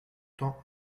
temps